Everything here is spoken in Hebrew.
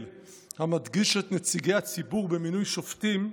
המדגיש את נציגי הציבור במינוי שופטים,